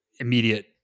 immediate